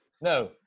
No